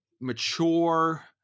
mature